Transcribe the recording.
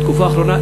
בתקופה האחרונה,